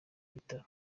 ibitaro